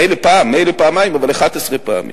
מילא פעם, מילא פעמיים, אבל 11 פעמים?